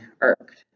irked